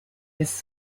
his